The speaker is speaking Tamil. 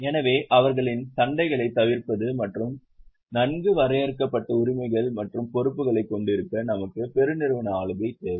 எனவே அவர்களின் சண்டைகளைத் தவிர்ப்பது மற்றும் நன்கு வரையறுக்கப்பட்ட உரிமைகள் மற்றும் பொறுப்புகளைக் கொண்டிருக்க நமக்கு பெருநிறுவன ஆளுகை தேவை